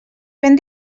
ben